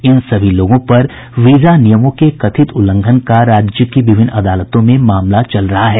इन सभी लोगों पर वीजा नियमों के कथित उल्लंघन का राज्य की विभिन्न अदालतों में मामला चल रहा है